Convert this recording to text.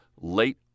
late